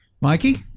mikey